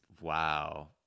wow